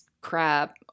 crap